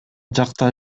жакта